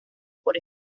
por